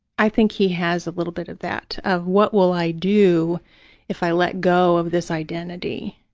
i think he has a little bit of that, of what will i do if i let go of this identity?